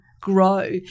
grow